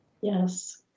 Yes